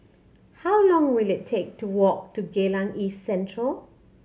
how long will it take to walk to Geylang East Central